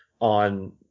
on